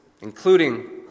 including